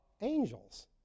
angels